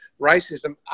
racism